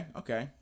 okay